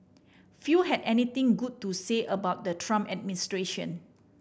few had anything good to say about the Trump administration